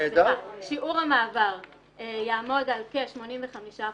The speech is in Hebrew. סליחה, שיעור המעבר יעמוד על כ-85%.